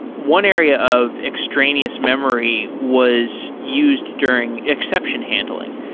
one area of extraneous memory was used during exception handling.